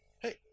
hey